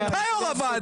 אתה יו"ר הוועדה.